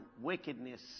wickedness